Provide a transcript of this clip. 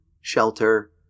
shelter